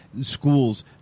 schools